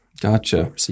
Gotcha